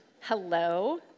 Hello